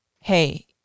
Hey